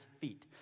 feet